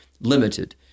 limited